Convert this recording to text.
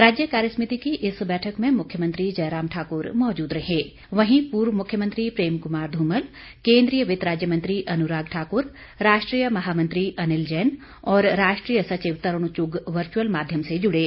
राज्य कार्यसमिति की इस बैठक में मुख्यमंत्री जयराम ठाक्र मौजूद रहे वहीं पूर्व मुख्यमंत्री प्रेम कुमार ध्रमल केन्द्रीय वित्त राज्य मंत्री अनुराग ठाक्र राष्ट्रीय महामंत्री अनिल जैन और राष्ट्रीय सचिव तरूण चुग वर्चुअल माध्यम से जुड़े